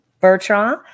Bertrand